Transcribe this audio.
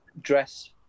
dress